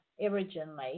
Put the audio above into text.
originally